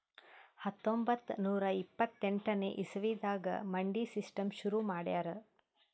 ಹತ್ತೊಂಬತ್ತ್ ನೂರಾ ಇಪ್ಪತ್ತೆಂಟನೇ ಇಸವಿದಾಗ್ ಮಂಡಿ ಸಿಸ್ಟಮ್ ಶುರು ಮಾಡ್ಯಾರ್